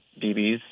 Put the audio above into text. DBs